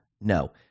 No